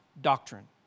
doctrine